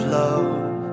love